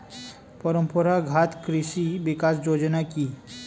পরম্পরা ঘাত কৃষি বিকাশ যোজনা কি?